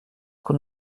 qu’on